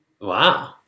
Wow